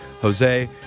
Jose